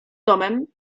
domem